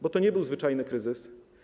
Bo to nie był zwyczajny kryzys.